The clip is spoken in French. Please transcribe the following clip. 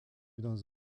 dans